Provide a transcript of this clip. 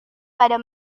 pada